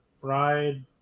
bride